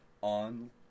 on